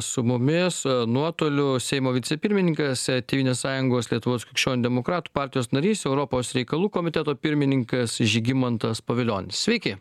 su mumis su nuotoliu seimo vicepirmininkas tėvynės sąjungos lietuvos krikščionių demokratų partijos narys europos reikalų komiteto pirmininkas žygimantas pavilionis sveiki